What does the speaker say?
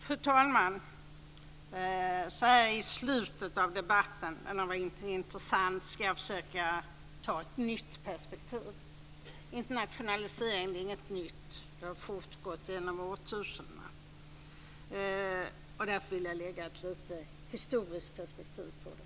Fru talman! Så här i slutet av debatten, även om den har varit intressant, ska jag försöka ta ett nytt perspektiv. Internationalisering är inget nytt. Den har fortgått genom årtusendena. Därför vill jag lägga ett lite historiskt perspektiv på den.